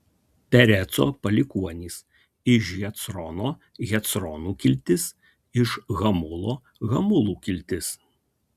pereco palikuonys iš hecrono hecronų kiltis iš hamulo hamulų kiltis